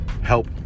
help